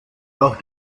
auch